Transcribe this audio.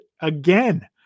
again